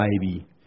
baby